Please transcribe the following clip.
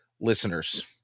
listeners